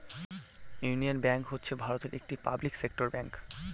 union bank হচ্ছে ভারতের একটি পাবলিক সেক্টর ব্যাঙ্ক